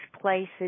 places